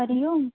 हरिः ओम्